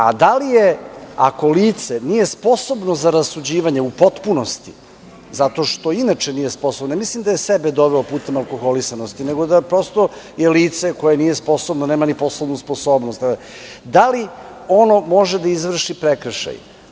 Ako lice nije sposobno za rasuđivanje u potpunosti, zato što inače nije sposobno, ne mislim da je sebe doveo putem alkoholisanosti, nego da, prosto je lice koje nije sposobno, nema ni poslovnu sposobnost, da li ono može da izvrši prekršaj?